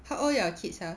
how old are your kids ah